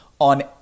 on